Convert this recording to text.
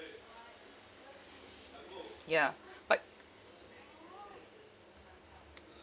ya but